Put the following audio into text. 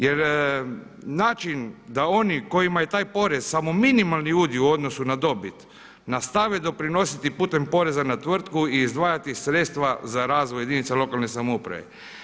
Jer način da oni kojima je taj porez samo minimalni udio u odnosu na dobit nastave doprinositi putem poreza na tvrtku i izdvajati sredstva za razvoj jedinica lokalne samouprave.